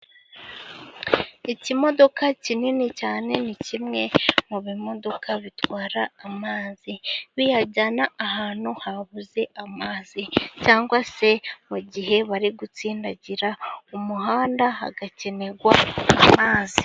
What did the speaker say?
Ikimodoka kinini cyane, ni kimwe mu bimodoka bitwara amazi biyajyana ahantu habuze amazi, cyangwa se mu gihe bari gutsindagira umuhanda hagakenerwa amazi.